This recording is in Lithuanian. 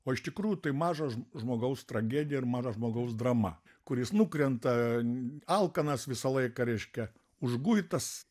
o iš tikrųjų tai mažo žmo žmogaus tragedija ir mažo žmogaus drama kuris nukrenta alkanas visą laiką reiškia užguitas